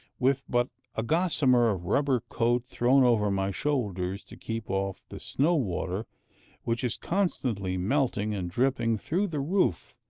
with but a gossamer rubber coat thrown over my shoulders to keep off the snow water which is constantly melting and dripping through the roof,